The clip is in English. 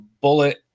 bullet